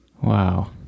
Wow